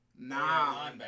Nah